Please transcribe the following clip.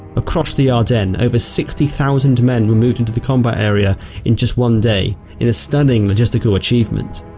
across the ardennes over sixty thousand men were moved into the combat area in just one day, in a stunning logistical achievement.